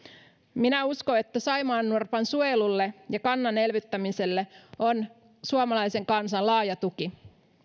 minä uskon että saimaannorpan suojelulle ja kannan elvyttämiselle on suomalaisen kansan laaja tuki